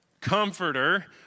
Comforter